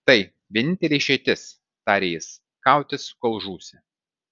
tai vienintelė išeitis tarė jis kautis kol žūsi